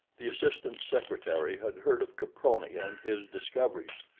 the assistant secretary had heard of caproni and his discoveries,